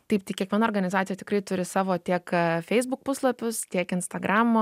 taip tai kiekviena organizacija tikrai turi savo tiek feisbuk puslapius tiek instagramo